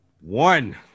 One